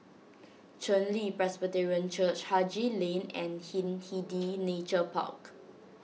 Chen Li Presbyterian Church Haji Lane and Hindhede Nature Park